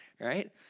right